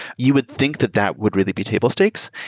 you would think that that would really be table stakes.